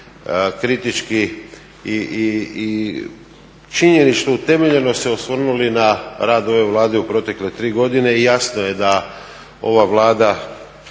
kritički i činjenično i utemeljeno se osvrnuli na rad ove Vlade u protekle tri godine i jasno je da ova Vlada